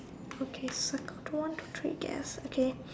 okay so I've got one two three there okay